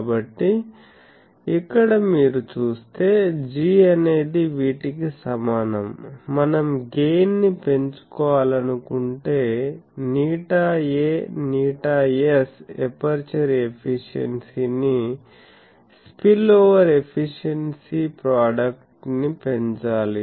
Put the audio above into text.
కాబట్టి ఇక్కడ మీరు చూస్తే G అనేది వీటికి సమానం మనం గెయిన్ ని పెంచుకోవాలనుకుంటే ηA ηS ఎపర్చరు ఎఫిషియెన్సీని స్పిల్ఓవర్ ఎఫిషియెన్సీ ప్రోడక్ట్ ని పెంచాలి